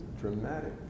dramatic